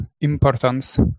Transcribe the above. importance